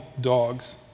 dogs